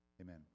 Amen